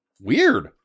Weird